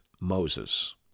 Moses